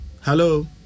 Hello